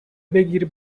بگیر